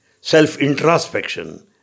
self-introspection